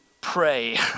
pray